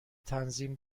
تنظیم